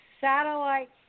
satellite